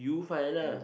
you find lah